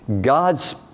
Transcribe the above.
God's